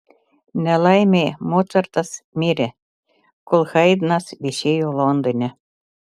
nelaimei mocartas mirė kol haidnas viešėjo londone